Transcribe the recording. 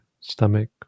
stomach